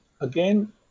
Again